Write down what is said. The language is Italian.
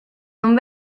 non